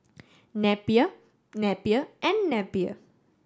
Napier Napier and Napier